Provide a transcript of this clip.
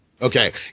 Okay